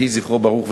יהי זכרו ברוך.